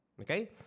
Okay